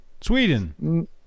Sweden